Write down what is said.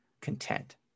content